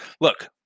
look